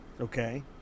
Okay